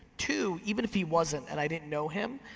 two, even if he wasn't and i didn't know him,